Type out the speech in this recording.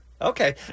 Okay